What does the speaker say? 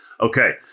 Okay